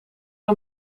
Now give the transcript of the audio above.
een